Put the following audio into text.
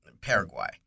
Paraguay